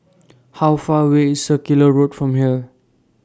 How Far away IS Circular Road from here